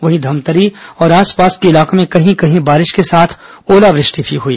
वहीं धमतरी और आसपास के इलाकों में कहीं कहीं बारिश के साथ ओलावृष्टि भी हुई